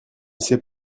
sait